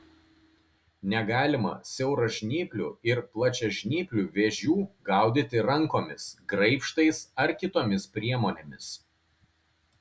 negalima siauražnyplių ir plačiažnyplių vėžių gaudyti rankomis graibštais ar kitomis priemonėmis